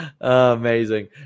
Amazing